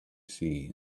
see